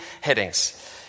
headings